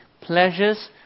pleasures